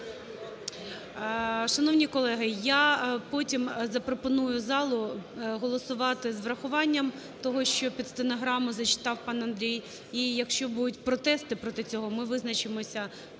Шановні колеги, я потім запропоную залу голосувати з врахуванням того, що під стенограму зачитав пан Андрій. І якщо будуть протести проти цього, ми визначимося